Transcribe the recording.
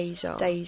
deja